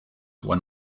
when